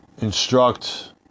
instruct